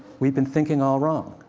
we've been thinking all wrong!